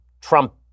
Trump